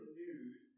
news